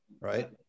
right